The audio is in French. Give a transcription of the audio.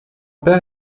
père